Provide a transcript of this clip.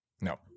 No